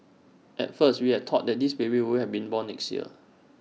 at first we had thought that this baby would have be born next year